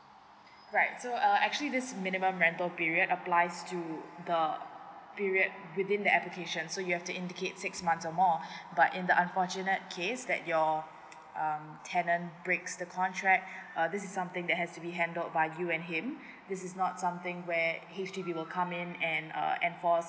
right so uh actually this minimum rental period applies to the period within the application so you have to indicate six months or more but in the unfortunate case that your um tenant breaks the crontract uh this is something that has to be handled by you and him this is not something where H_D_B will come in and uh enforce